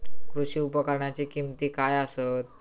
कृषी उपकरणाची किमती काय आसत?